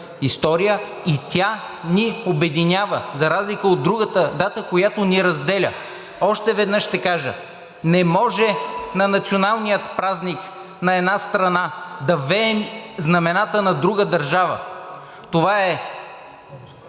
история и тя ни обединява за разлика от другата дата, която ни разделя. Още веднъж ще кажа: не може на националния празник на една страна да веем знамената на друга държава. Това е